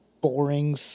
boring